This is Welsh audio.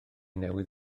newydd